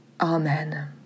Amen